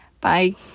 Bye